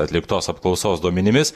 atliktos apklausos duomenimis